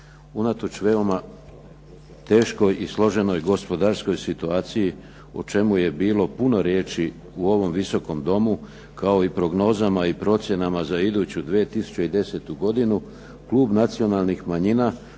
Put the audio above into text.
Unatoč veoma teškoj i složenoj gospodarskoj situaciji o čemu je bilo puno riječi u ovom Visokom domu, kao i prognozama i procjenama za iduću 2010. godinu klub nacionalnih manjina,